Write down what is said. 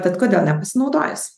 tad kodėl nepasinaudojus